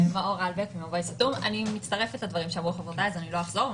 אני מצטרפת לדברים שאמרו חברותיי, אז לא אחזור.